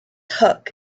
hook